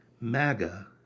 MAGA